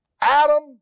Adam